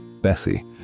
Bessie